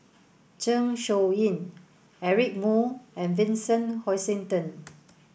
Zeng Shouyin Eric Moo and Vincent Hoisington